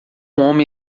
homem